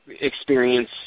experience